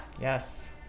Yes